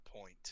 point